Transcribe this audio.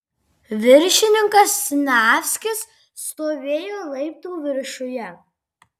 viršininkas siniavskis stovėjo laiptų viršuje